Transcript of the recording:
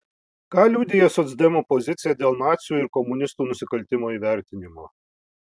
ką liudija socdemų pozicija dėl nacių ir komunistų nusikaltimų įvertinimo